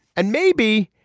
and maybe,